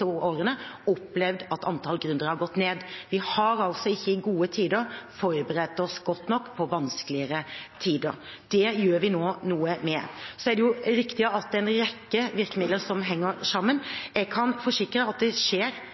årene har opplevd at antall gründere har gått ned. Vi har altså ikke i gode tider forberedt oss godt nok på vanskeligere tider. Det gjør vi nå noe med. Så er det jo riktig at det er en rekke virkemidler som henger sammen. Jeg kan forsikre at det skjer